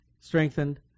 strengthened